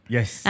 Yes